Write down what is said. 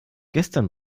gestern